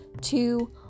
two